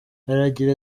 aragira